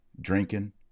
drinking